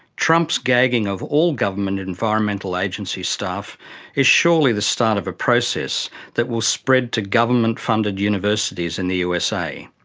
trump's gagging of all government environmental agency staff is surely the start of a process that will spread to government-funded universities in the usa.